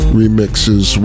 remixes